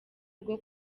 rwo